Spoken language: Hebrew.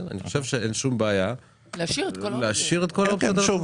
אני חושב שאין שום בעיה להשאיר את כל האופציות.